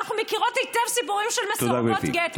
אנחנו מכירות היטב סיפורים של מסורבות גט,